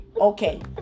Okay